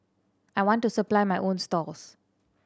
I want to supply my own stalls